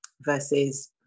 versus